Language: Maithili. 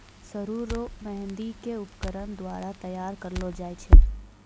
सरु रो मेंहदी के उपकरण द्वारा तैयार करलो जाय छै